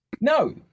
No